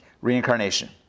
reincarnation